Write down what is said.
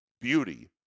beauty